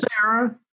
Sarah